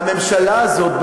שהממשלה הזאת,